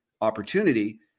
opportunity